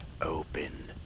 open